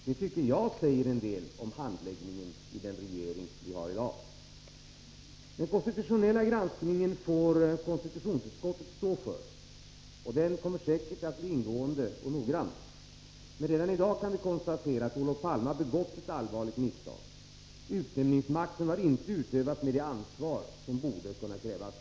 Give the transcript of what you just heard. Det tycker jag säger en del om handläggningen i den regering vi har i dag. Den konstitutionella granskningen får konstitutionsutskottet stå för, och den kommer säkert att bli ingående och noggrann. Men redan i dag kan vi konstatera att Olof Palme begått ett allvarligt misstag. Utnämningsmakten har inte utövats med det ansvar som borde kunna krävas.